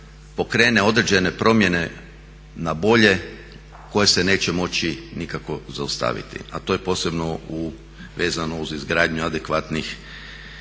pokrene određene promjene na bolje koje se neće moći nikako zaustaviti a to je posebno vezano uz izgradnju adekvatnih